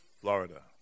Florida